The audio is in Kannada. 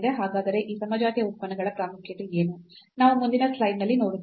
ಹಾಗಾದರೆ ಈ ಸಮಜಾತೀಯ ಉತ್ಪನ್ನಗಳ ಪ್ರಾಮುಖ್ಯತೆ ಏನು ನಾವು ಮುಂದಿನ ಸ್ಲೈಡ್ನಲ್ಲಿ ನೋಡುತ್ತೇವೆ